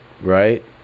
Right